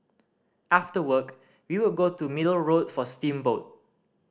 after work we would go to Middle Road for steamboat